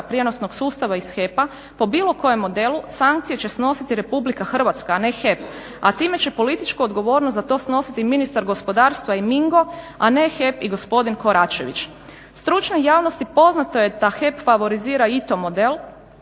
prijenosnog sustava iz HEP-a po bilo kojem modelu sankcije će snositi RH, a ne HEP, a time će političku odgovornost za to snositi ministar gospodarstva i MING-o a ne HEP i gospodin Koračević. Stručnoj javnosti poznato je da HEP favorizira ITO model